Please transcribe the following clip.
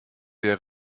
der